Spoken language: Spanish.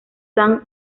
sang